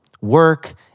Work